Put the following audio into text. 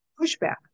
pushback